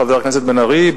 חבר הכנסת בן-ארי,